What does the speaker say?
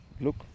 Look